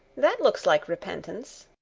that looks like repentance.